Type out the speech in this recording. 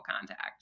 contact